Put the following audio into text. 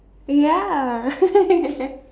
ya